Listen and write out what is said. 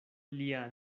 lia